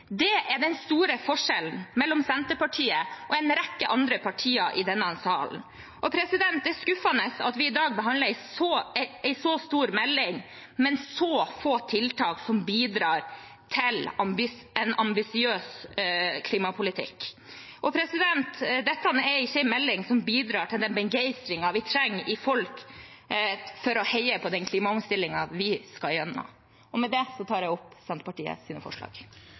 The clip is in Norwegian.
Det er den store forskjellen mellom Senterpartiet og en rekke andre partier i denne salen. Det er skuffende at vi i dag behandler en så stor melding med så få tiltak som bidrar til en ambisiøs klimapolitikk. Dette er ikke en melding som bidrar til den begeistringen vi trenger i folk for å heie på den klimaomstillingen vi skal igjennom. Med det tar jeg opp forslagene som Senterpartiet